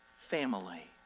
family